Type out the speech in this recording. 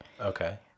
Okay